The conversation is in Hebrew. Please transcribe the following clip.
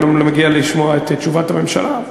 לא מגיעים לשמוע את תשובת הממשלה.